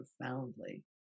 profoundly